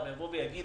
ודיון מהיר בנושא: